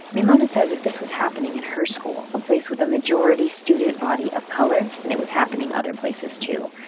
maimona says if this was happening in her school, a place with a majority student body of color, then it was happening other places too.